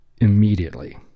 immediately